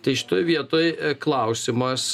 tai šitoj vietoj klausimas